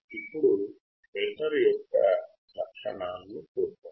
ఇప్పుడు ఫిల్టర్ యొక్క లక్షణాలను చూద్దాం